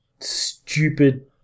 stupid